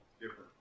different